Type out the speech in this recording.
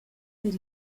per